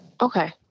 okay